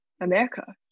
America